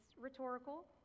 rhetorical